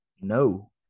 No